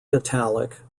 italic